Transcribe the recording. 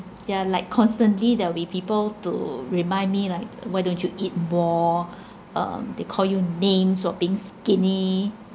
they are like constantly there will be people to remind me like why don't you eat more um they call you names for being skinny